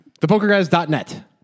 ThePokerGuys.net